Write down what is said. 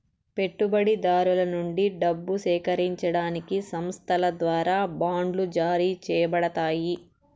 పెట్టుబడిదారుల నుండి డబ్బు సేకరించడానికి సంస్థల ద్వారా బాండ్లు జారీ చేయబడతాయి